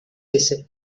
ese